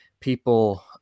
people